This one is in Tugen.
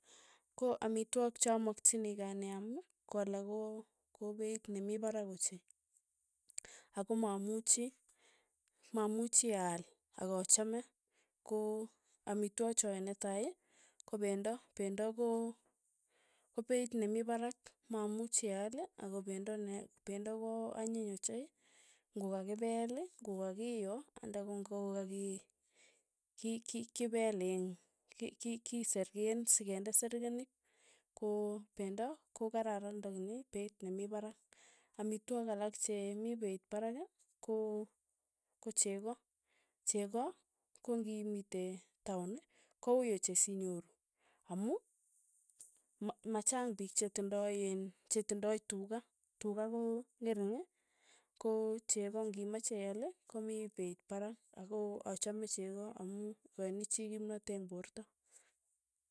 Ko amitwogik cha amakchinikei ane aam ko alak ko, ko peit ne mi parak ochei, ako mamuchi, mamuchi aal, akachame, ko amitwogik choe netai, ko pendo, pendo ko ko peit ne mii parak mamuchi aal ako pendo ni pendo ko anyiny ochei, ng'okakipeel. ng'okakiyo anda kong'okaki ki- ki- ki- kipeel in ki- ki- ki seriken sikende sekerinik, ko pendo ko kararan lakini peit ne mii parak, amitwogik alak che mi peit parak ko kocheko, cheko kong'imitei taun ko uui ochei sinyoru, amu ma- machang piik chetindoi in chetindoi tuka, tuka kong'ering ko cheko ng'imache ial ko mii peit parak, ako achame cheko amu ikachini chii kimnatet eng' porto.